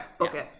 Okay